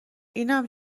اینم